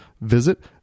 visit